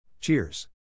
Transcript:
Cheers